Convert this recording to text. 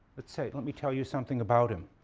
but so let me tell you something about him.